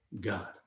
God